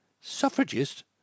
Suffragist